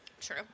True